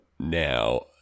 now